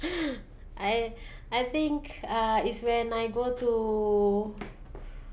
I I think uh is when I go to